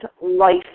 life